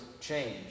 change